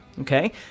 okay